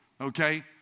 Okay